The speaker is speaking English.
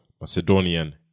Macedonian